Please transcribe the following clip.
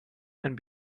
and